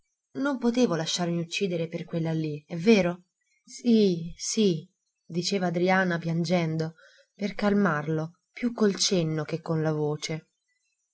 non potevo lasciarmi uccidere per quella lì è vero sì sì diceva adriana piangendo per calmarlo più col cenno che con lavoce